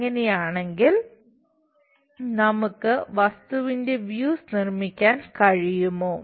അങ്ങനെയാണെങ്കിൽ നമുക്ക് വസ്തുവിന്റെ വ്യൂസ് നിർമ്മിക്കാൻ കഴിയുമോ